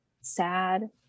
sad